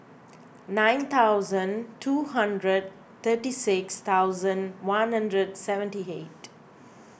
nine thousand two hundred thirty six thousand one hundred seventy eight